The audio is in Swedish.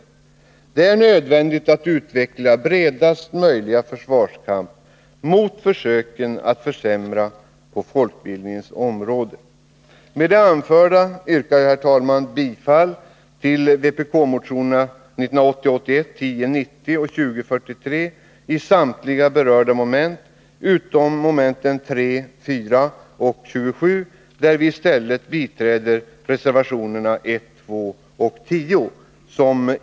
Det är nödvändigt att utveckla bredaste möjliga försvarskamp mot försöken att försämra på folkbildningens område. Med det anförda yrkar jag, herr talman, bifall till vpbk-motionen 2043 i de delar som berörs under momenten 2, 5, 7, 8, 9, 10, 15, 17 och 25.